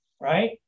right